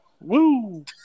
Woo